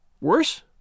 Worse